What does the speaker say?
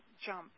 jump